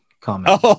comment